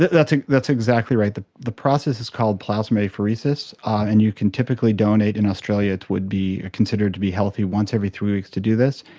that's ah that's exactly right. the the process is called plasmapheresis and you can typically donate in australia, it would be considered to be healthy once every three weeks to do this.